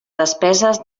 despeses